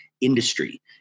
industry